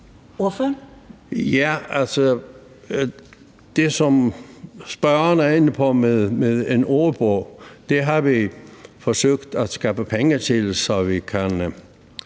(SP): Det, som spørgeren er inde på med en ordbog, har vi forsøgt at skaffe penge til, så vi kan